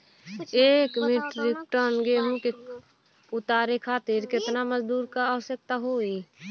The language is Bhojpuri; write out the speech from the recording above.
एक मिट्रीक टन गेहूँ के उतारे खातीर कितना मजदूर क आवश्यकता होई?